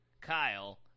Kyle